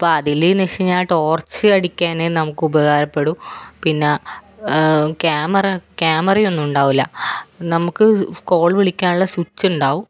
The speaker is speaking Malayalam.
അപ്പം അതിൽ എന്നു വെച്ചു കഴിഞ്ഞാൽ ടോർച്ച് അടിക്കാൻ നമുക്ക് ഉപകാരപ്പെടും പിന്നെ ക്യാമറ ക്യാമറയൊന്നുമുണ്ടാകില്ല നമുക്ക് കോൾ വിളിക്കാനുള്ള സ്വിച്ചുണ്ടാകും